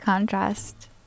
contrast